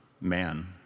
man